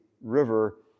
river